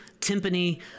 timpani